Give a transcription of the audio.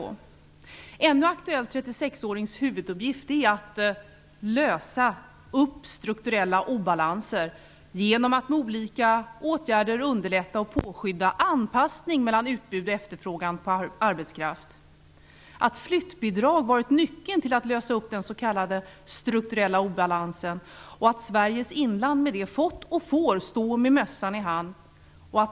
En ännu aktuell 36-årings huvuduppgift är att lösa upp strukturella obalanser genom att med olika åtgärder underlätta och påskynda anpassning mellan utbud och efterfrågan på arbetskraft. Flyttbidrag har varit nyckeln till att lösa upp den s.k. strukturella obalansen. Sveriges inland har fått och får fortfarande stå med mössan i hand.